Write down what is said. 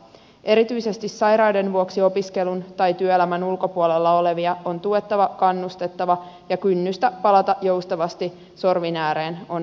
erityisesti sairauden vuoksi opiskelun tai työelämän ulkopuolella olevia on tuettava kannustettava ja kynnystä palata joustavasti sorvin ääreen on madallettava